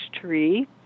tree